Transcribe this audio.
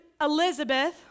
Elizabeth